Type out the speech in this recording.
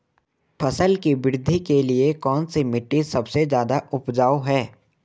फसल की वृद्धि के लिए कौनसी मिट्टी सबसे ज्यादा उपजाऊ है?